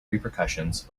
repercussions